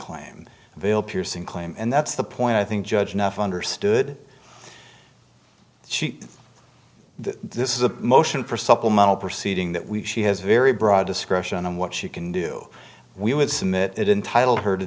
claim they'll pearson claim and that's the point i think judge enough understood this is a motion for supplemental proceeding that we she has very broad discretion on what she can do we would submit it entitle her to